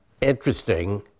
interesting